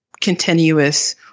continuous